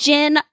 Jen